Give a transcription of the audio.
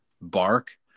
bark